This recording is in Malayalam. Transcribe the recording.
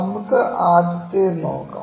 നമുക്ക് ആദ്യത്തേത് നോക്കാം